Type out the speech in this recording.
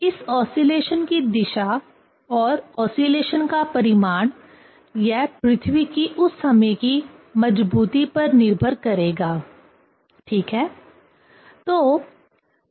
तो इस ओसीलेशन की दिशा और ओसीलेशन का परिमाण यह पृथ्वी की उस समय की मज़बूती पर निर्भर करेगा ठीक है